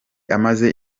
amaze